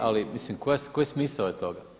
Ali mislim koji smisao je toga.